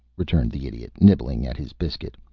returned the idiot, nibbling at his biscuit.